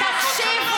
אתם צריכים